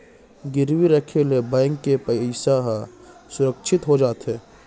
गिरवी राखे ले बेंक के पइसा ह सुरक्छित हो जाथे